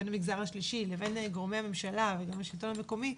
בין המגזר השלישי לבין גורמי הממשלה והשלטון המקומי,